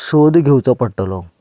सोद घेवचो पडटलो